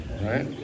right